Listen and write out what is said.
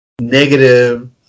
negative